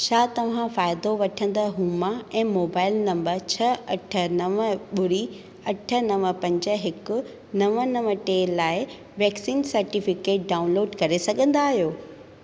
छा तव्हां फ़ाइदो वठंदड़ हुमा ऐं मोबाइल नंबर छह अठ नव ॿुड़ी अठ नव पंज हिकु नव नव टे लाइ वैक्सीन सर्टिफिकेट डाउनलोड करे सघंदा आहियो